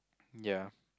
ya